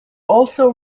also